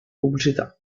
pubblicità